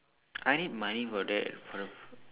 I need money for that for the